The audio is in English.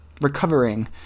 recovering